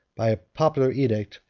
by a public edict,